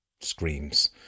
screams